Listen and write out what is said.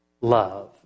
love